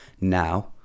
now